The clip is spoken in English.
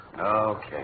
Okay